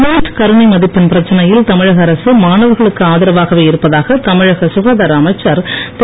NEET கருணை மதிப்பெண் பிரச்சனையில் தமிழக அரசு மாணவர்களுக்கு ஆதரவாகவே இருப்பதாக தமிழக ககாதார அமைச்சர் திரு